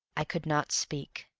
i could not speak.